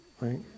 right